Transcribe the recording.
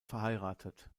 verheiratet